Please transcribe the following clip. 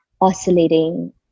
oscillating